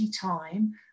time